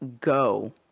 go